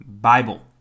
Bible